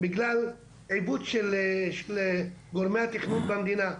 בגלל עיוות של גורמי התכנון במדינה.